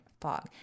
fog